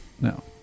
No